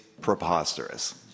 preposterous